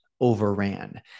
overran